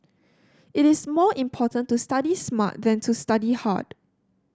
it is more important to study smart than to study hard